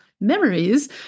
memories